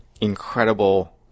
incredible